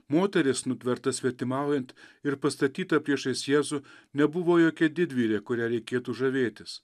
moteris nutverta svetimaujant ir pastatyta priešais jėzų nebuvo jokia didvyrė kuria reikėtų žavėtis